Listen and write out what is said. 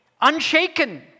unshaken